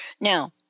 Now